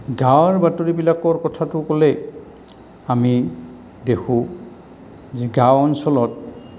গাঁৱৰ বাতৰিবিলাকৰ কথাটো ক'লে আমি দেখোঁ গাঁও অঞ্চলত